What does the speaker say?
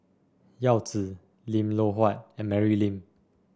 Yao Zi Lim Loh Huat and Mary Lim